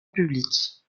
publique